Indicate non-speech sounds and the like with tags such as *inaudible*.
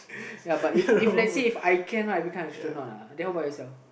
*laughs* but if let's say If I can right become astronaut uh how about yourself